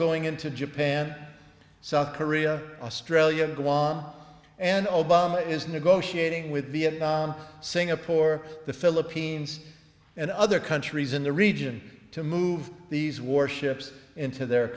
going into japan south korea australia guam and obama is negotiating with singapore the philippines and other countries in the region to move these warships into their